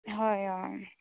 হয় অঁ